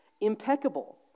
impeccable